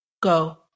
Go